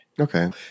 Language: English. Okay